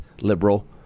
liberal